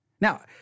Now